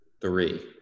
three